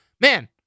man